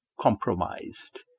compromised